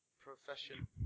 Profession